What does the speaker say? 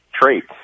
traits